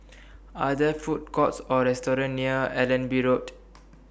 Are There Food Courts Or restaurants near Allenby Road